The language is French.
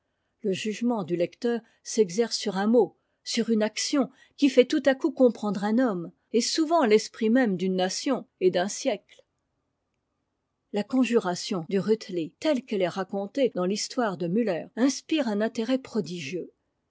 le jugement du lecteur s'exerce sur un mot sur une action qui fait tout à coup comprendre un homme et souvent l'esprit même d'une nation et d'un siècle la conjuration du rütli telle qu'elle est racontée dans l'histoire de müller inspire un intérêt prodigieux